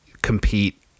compete